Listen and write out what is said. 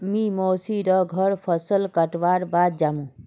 मी मोसी र घर फसल कटवार बाद जामु